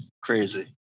crazy